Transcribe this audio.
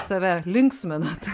save linksminat